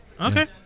okay